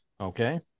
Okay